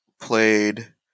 played